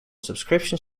subscription